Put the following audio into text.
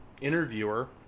interviewer